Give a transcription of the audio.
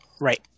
Right